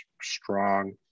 strong